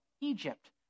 Egypt